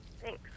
Thanks